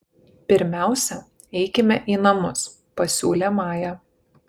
pirmiausia eikime į namus pasiūlė maja